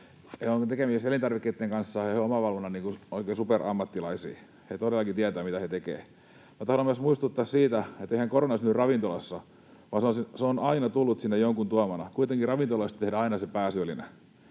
he ovat tekemisissä elintarvikkeitten kanssa, he ovat omavalvonnan oikein superammattilaisia, he todellakin tietävät, mitä tekevät. Minä tahdon myös muistuttaa siitä, että eihän korona synny ravintolassa, vaan se on aina tullut sinne jonkun tuomana. Kuitenkin ravintoloista tehdään aina se pääsyyllinen.